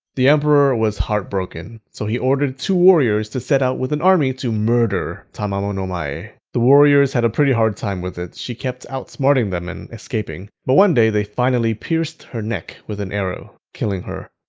the emperor was heartbroken, so he ordered two warriors to set out with an army to murder tamamo no mae. the warriors had a pretty hard time with it, she kept outsmarting them and escaping. but one day they finally pierced her neck with an arrow, killing her.